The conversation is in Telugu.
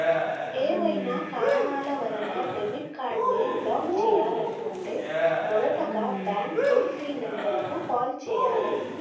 ఏవైనా కారణాల వలన డెబిట్ కార్డ్ని బ్లాక్ చేయాలనుకుంటే మొదటగా బ్యాంక్ టోల్ ఫ్రీ నెంబర్ కు కాల్ చేయాలే